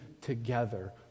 together